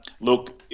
Look